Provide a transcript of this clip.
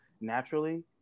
naturally